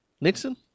Nixon